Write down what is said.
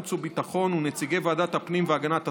החוץ וביטחון ונציגי ועדת הפנים והגנת הסביבה.